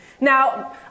Now